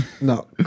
No